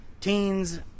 teens